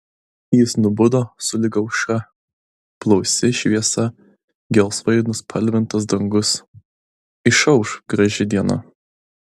jis nubudo sulig aušra blausi šviesa gelsvai nuspalvintas dangus išauš graži diena